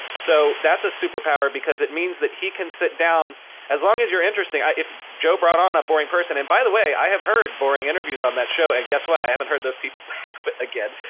so that's a superpower, because it means that he can sit down as long as you're interesting, if joe brought on a boring person and by the way, i have heard boring interviews on that show and guess what? i haven't heard those people back but again.